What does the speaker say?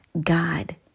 God